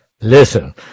Listen